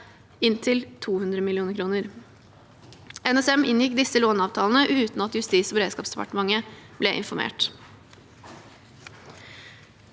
inntil 200 mill. kr. NSM inngikk disse låneavtalene uten at Justis- og beredskapsdepartementet ble informert.